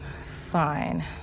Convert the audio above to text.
Fine